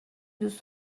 دوست